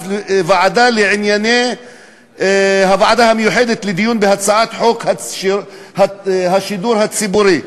הוועדה המיוחדת לדיון בהצעת חוק השידור הציבורי",